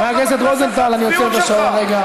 אין לכם בושה?